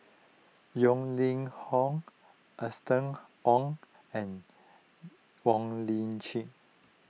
Yeo Ning Hong Austen Ong and Wong Lip Chin